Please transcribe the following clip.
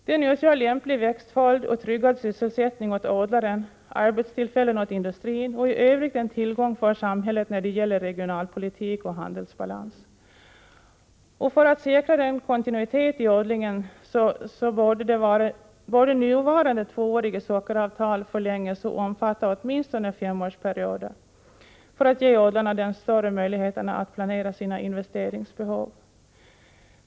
Den utgör lämplig växtföljd och tryggad sysselsättning åt odlarna, arbetstillfällen åt industrin och i övrigt en tillgång för samhället när det gäller regionalpolitik och handelsbalans. För att säkra kontinuiteten i odlingen borde nuvarande tvååriga sockeravtal förlängas och omfatta åtminstone femårsperioder för att ge odlarna större möjligheter att planera sina investeringsbehov.